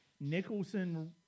nicholson